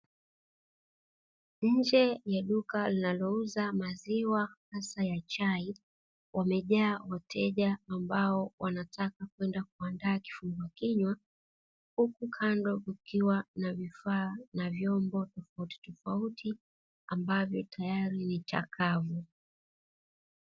Nje ya duka linalouza maziwa hasa ya chai wamejaa wateja ambao wanataka kwenda kuandaa kifungua kinywa huku kando kukiwa na vifaa na vyombo tofautitofauti ambavyo tayari ni chakavu.